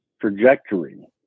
trajectory